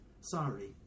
Sorry